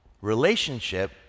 relationship